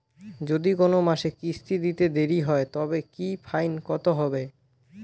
যদি কোন মাসে কিস্তি দিতে দেরি হয় তবে কি ফাইন কতহবে?